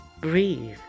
breathe